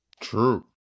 True